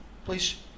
Please